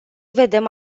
vedem